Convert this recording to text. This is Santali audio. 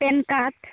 PAN card